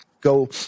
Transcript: go